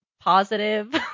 positive